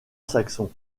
saxons